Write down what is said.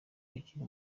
ukiri